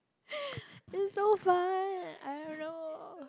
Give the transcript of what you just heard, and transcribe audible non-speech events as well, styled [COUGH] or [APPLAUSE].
[LAUGHS] it's so fun I don't know